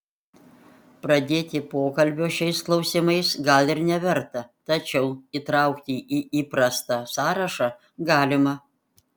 pradėti pokalbio šiais klausimais gal ir neverta tačiau įtraukti į įprastą sąrašą galima